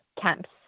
camps